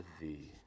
thee